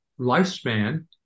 lifespan